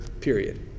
period